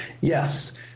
yes